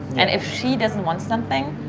and if she doesn't want something,